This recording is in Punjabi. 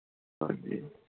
ਹਾਂਜੀ